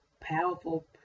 powerful